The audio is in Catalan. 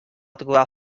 trobar